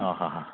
ആ ഹാ ഹാ